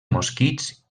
mosquits